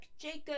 Jacob